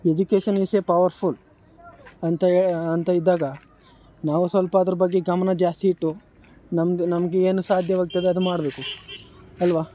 education is a powerful ಅಂತ ಏ ಅಂತ ಇದ್ದಾಗ ನಾವು ಸ್ವಲ್ಪ ಅದರ ಬಗ್ಗೆ ಗಮನ ಜಾಸ್ತಿ ಇಟ್ಟು ನಮ್ದು ನಮಗೇನು ಸಾಧ್ಯವಾಗ್ತದೆ ಅದು ಮಾಡಬೇಕು ಅಲ್ವ